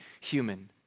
human